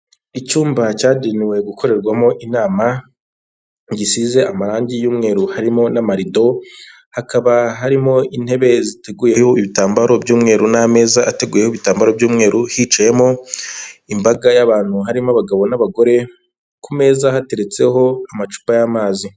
Icyumba cyagenewe gukorerwamo inama gisize amarangi y'umweru harimo n'amarido, hakaba harimo intebe ziteguyeho ibitambaro by'umweru n'ameza ateguyeho ibitambaro by'mweru, hicayemo imbaga y'abantu harimo abagabo n'abagore ku meza hateretseho amacupa y'amazi.